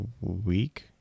week